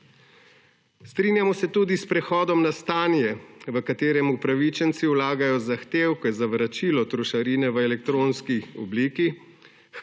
Strinjamo se tudi s prehodom na stanje v katerem upravičenci vlagajo zahtevke za vračilo trošarine v elektronski obliki,